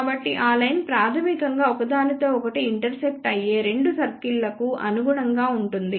కాబట్టి ఆ లైన్ ప్రాథమికంగా ఒకదానితో ఒకటి ఇంటర్సెక్ట్ అయ్యే రెండు సర్కిల్లకు అనుగుణంగా ఉంటుంది